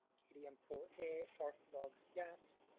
k d m four a orthologs? yes.